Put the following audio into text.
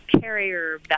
carrier